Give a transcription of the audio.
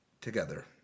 together